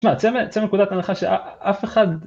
‫שמע, צא מנקודת ההנחה שאף אחד...